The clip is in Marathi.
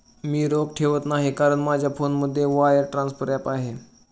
मी रोख ठेवत नाही कारण माझ्या फोनमध्ये वायर ट्रान्सफर ॲप आहे